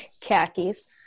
khakis